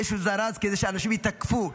יהיה איזשהו זרז כדי שאנשים יתקפו,